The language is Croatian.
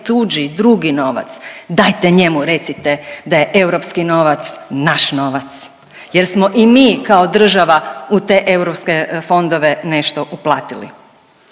tuđi, drugi novac. Dajte njemu recite da je europski novac naš novac jer smo i mi kao država u te europske fondove nešto uplatili.